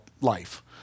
life